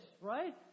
right